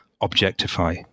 objectify